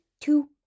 two